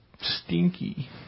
stinky